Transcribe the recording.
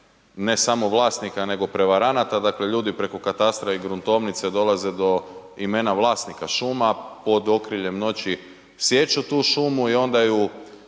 ne samo vlasnika nego prevaranata dakle ljudi preko katastra i gruntovnice dolaze do imena vlasnika šuma, pod okriljem noći sječu tu šumu i onda ju